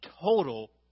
total